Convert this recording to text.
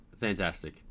Fantastic